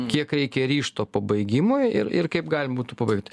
kiek reikia ryžto pabaigimui ir ir kaip galima būtų pabaigti